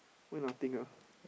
why nothing ah